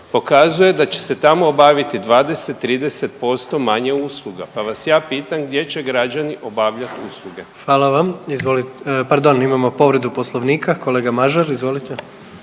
pokazuje da će se tamo obaviti 20, 30% manje usluga. Pa vas ja pitam gdje će građani obavljati usluge?